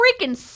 freaking